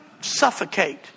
suffocate